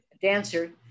dancer